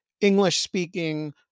English-speaking